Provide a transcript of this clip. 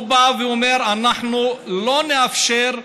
הוא בא ואומר: אנחנו לא נאפשר.